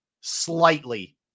slightly